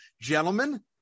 Gentlemen